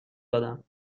دادم